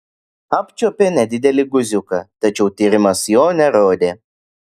apčiuopė nedidelį guziuką tačiau tyrimas jo nerodė